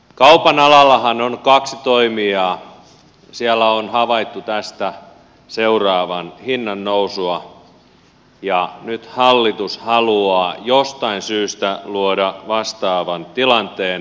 kaupan alallahan on kaksi toimijaa siellä on havaittu tästä seuraavan hinnan nousua ja nyt hallitus haluaa jostain syystä luoda vastaavan tilanteen myös laajakaistamarkkinoille